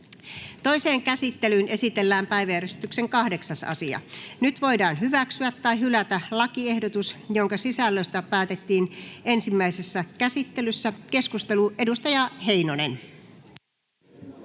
Toiseen käsittelyyn esitellään päiväjärjestyksen 8. asia. Nyt voidaan hyväksyä tai hylätä lakiehdotus, jonka sisällöstä päätettiin ensimmäisessä käsittelyssä. — Keskusteluun, edustaja Heinonen.